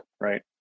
right